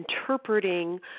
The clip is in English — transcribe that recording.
interpreting